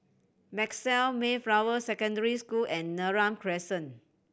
Maxwell Mayflower Secondary School and Neram Crescent